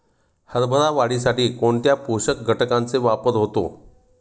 हरभरा वाढीसाठी कोणत्या पोषक घटकांचे वापर होतो?